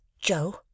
joe